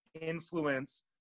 influence